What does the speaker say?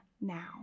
now